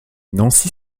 nancy